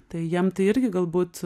tai jiem tai irgi galbūt